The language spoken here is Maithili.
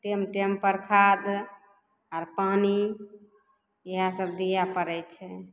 टाइम टाइमपर खाद आर पानि इएह सभ दिअ पड़ै छै